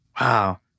Wow